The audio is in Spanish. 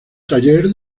taller